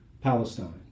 Palestine